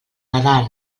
nadal